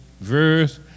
verse